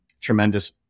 tremendous